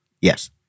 Yes